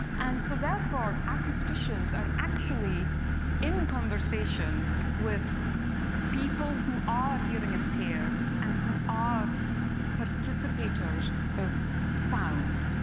and so therefore, acousticians are actually in conversation with people who are hearing impaired, and who are participators of sound.